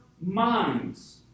minds